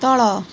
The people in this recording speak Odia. ତଳ